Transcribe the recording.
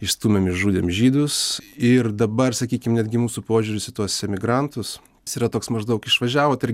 išstūmėm išžudėm žydus ir dabar sakykim netgi mūsų požiūris į tuos emigrantus yra toks maždaug išvažiavot ir